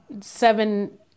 seven